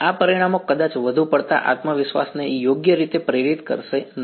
આ પરિણામો કદાચ વધુ પડતા આત્મવિશ્વાસને યોગ્ય રીતે પ્રેરિત કરશે નહીં